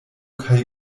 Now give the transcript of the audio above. kaj